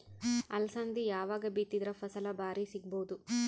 ಅಲಸಂದಿ ಯಾವಾಗ ಬಿತ್ತಿದರ ಫಸಲ ಭಾರಿ ಸಿಗಭೂದು?